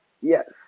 Yes